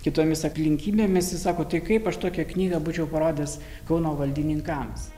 kitomis aplinkybėmis jis sako tai kaip aš tokią knygą būčiau parodęs kauno valdininkams